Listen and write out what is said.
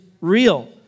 real